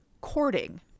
courting